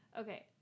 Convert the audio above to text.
Okay